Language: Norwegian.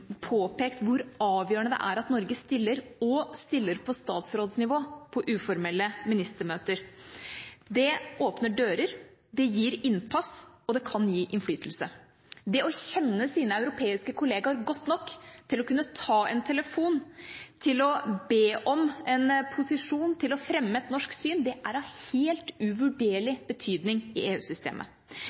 påpekt hvor avgjørende det er at Norge stiller, og stiller på statsrådsnivå på uformelle ministermøter. Det åpner dører, det gir innpass og det kan gi innflytelse. Det å kjenne sine europeiske kollegaer godt nok til å kunne ta en telefon, til å be om en posisjon og til å fremme et norsk syn er av helt uvurderlig betydning i